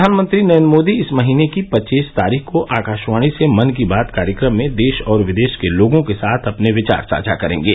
प्रधानमंत्री नरेंद्र मोदी इस महीने की पच्चीस तारीख को आकाशवाणी से मन की बात कार्यक्रम में देश और विदेश के लोगों के साथ अपने विचार साझा करेंगे